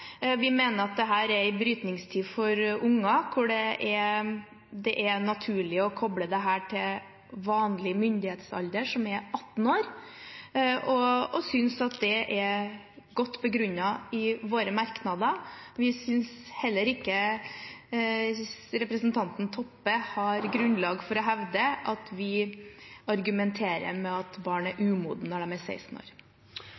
Vi mener at dette er en brytningstid for barn, og at det er naturlig å koble dette til vanlig myndighetsalder, som er 18 år, og synes at det er godt begrunnet i våre merknader. Vi synes heller ikke representanten Toppe har grunnlag for å hevde at vi argumenterer med at barn er